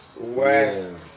West